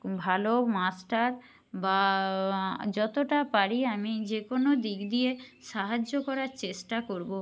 ভালো মাস্টার বা যতটা পারি আমি যে কোনো দিক দিয়ে সাহায্য করার চেষ্টা করব